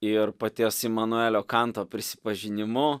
ir paties imanuelio kanto prisipažinimu